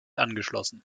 angeschlossen